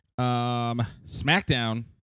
SmackDown